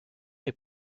est